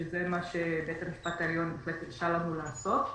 שזה מה שבית המשפט העליון הרשה לנו לעשות.